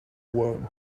worm